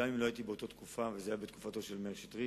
גם אם לא הייתי באותה תקופה וזה היה בתקופתו של מאיר שטרית,